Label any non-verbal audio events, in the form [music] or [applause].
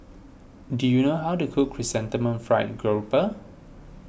do you know how to cook Chrysanthemum Fried [unintelligible]